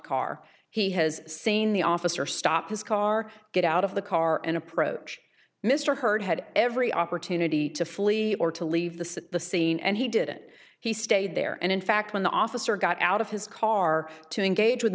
car he has seen the officer stop his car get out of the car and approach mr hurd had every opportunity to flee or to leave the the scene and he did it he stayed there and in fact when the officer got out of his car to engage with